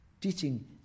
teaching